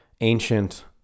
ancient